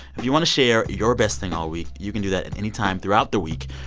if you want to share your best thing all week, you can do that and any time throughout the week.